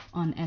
on